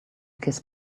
kiss